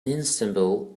istanbul